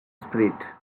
spirit